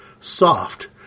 soft